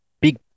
big